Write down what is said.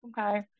Okay